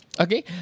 okay